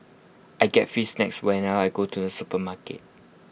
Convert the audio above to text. I get free snacks whenever I go to the supermarket